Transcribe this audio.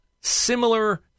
similar